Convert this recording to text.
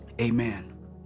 amen